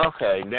Okay